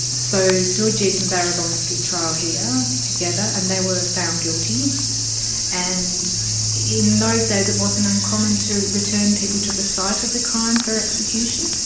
so doodjeep and barrabong stood trial here together, and they were found guilty and in those days it wasn't uncommon to return people to the site of the crime for execution.